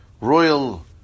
royal